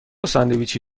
ساندویچی